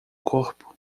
corpo